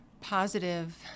positive